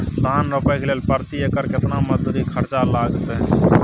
धान रोपय के लेल प्रति एकर केतना मजदूरी खर्चा लागतेय?